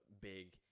big